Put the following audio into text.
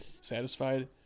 satisfied